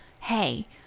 Hey